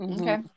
okay